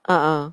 ah ah